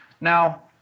Now